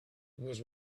was